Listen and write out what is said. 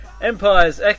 Empire's